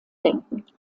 denken